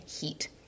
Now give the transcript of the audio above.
heat